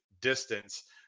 distance